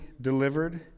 delivered